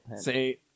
Say